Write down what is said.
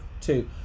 two